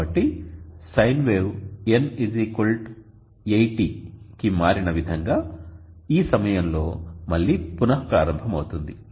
కాబట్టి sine wave N 80కి మారిన విధంగా ఈ సమయంలో మళ్లీ పునః ప్రారంభమవుతుంది